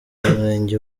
murenge